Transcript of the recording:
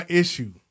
issue